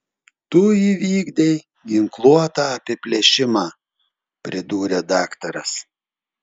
tu įvykdei ginkluotą apiplėšimą pridūrė daktaras